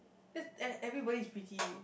that e~ everybody is pretty